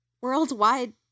worldwide